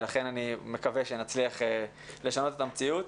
ולכן אני מקווה שנצליח לשנות את המציאות.